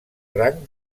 rang